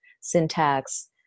syntax